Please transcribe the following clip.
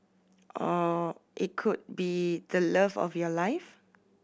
or it could be the love of your life